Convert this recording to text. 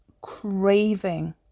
craving